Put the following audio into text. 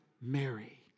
Mary